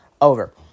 over